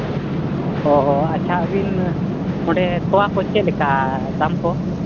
ᱚᱻ ᱟᱪᱪᱷᱟ ᱟᱹᱵᱤᱱ ᱚᱸᱰᱮ ᱛᱳᱣᱟ ᱠᱚ ᱪᱮᱫ ᱞᱮᱠᱟ ᱫᱟᱢ ᱠᱚ